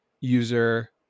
user